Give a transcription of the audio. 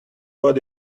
what